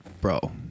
bro